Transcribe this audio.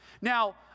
Now